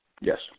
Yes